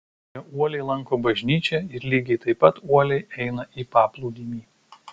jie uoliai lanko bažnyčią ir lygiai taip pat uoliai eina į paplūdimį